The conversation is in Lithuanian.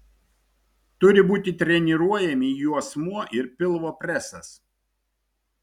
turi būti treniruojami juosmuo ir pilvo presas